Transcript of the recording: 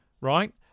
right